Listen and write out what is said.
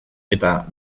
eta